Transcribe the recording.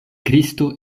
kristo